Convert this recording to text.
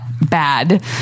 bad